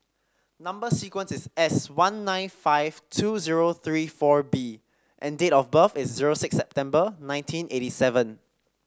number sequence is S one nine five two zero three four B and date of birth is zero six September nineteen eighty seven